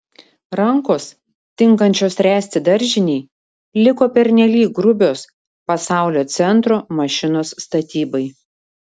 rankos tinkančios ręsti daržinei liko pernelyg grubios pasaulio centro mašinos statybai